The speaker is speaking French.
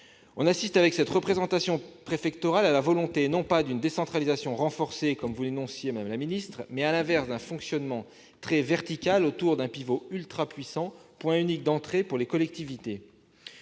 On assiste avec cette représentation préfectorale à la volonté, non pas d'une décentralisation renforcée comme vous l'énonciez, madame la ministre, mais, à l'inverse, d'un fonctionnement très vertical, autour d'un pivot ultra puissant, point unique d'entrée pour les collectivités.